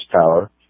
power